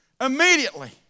Immediately